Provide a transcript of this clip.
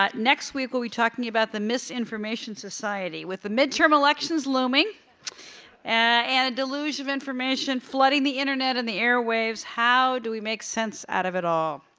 ah next week, we'll be talking about the misinformation society. with the midterm elections looming and a deluge of information flooding the internet and the airwaves, how do we make sense out of it all?